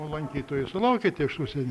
o lankytojų sulaukiate iš užsienio